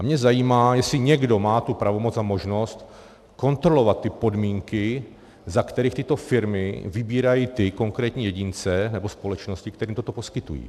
A mě zajímá, jestli někdo má tu pravomoc a možnost kontrolovat podmínky, za kterých tyto firmy vybírají ty konkrétní jedince nebo společnosti, kterým toto poskytují.